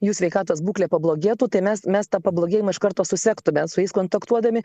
jų sveikatos būklė pablogėtų tai mes mes tą pablogėjimą iš karto susektume su jais kontaktuodami